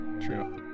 True